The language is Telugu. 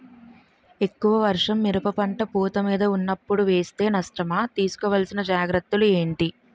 ఎక్కువ వర్షం మిరప పంట పూత మీద వున్నపుడు వేస్తే నష్టమా? తీస్కో వలసిన జాగ్రత్తలు ఏంటి?